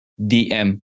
DM